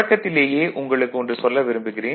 தொடக்கத்திலேயே உங்களுக்கு ஒன்று சொல்ல விரும்புகிறேன்